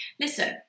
listen